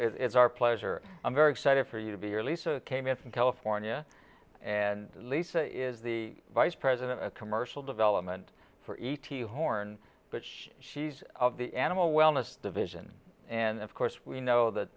it's our pleasure i'm very excited for you to be here lisa came in from california and lisa is the vice president at commercial development for eighty horn but she's of the animal wellness division and of course we know that